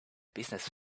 business